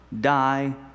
die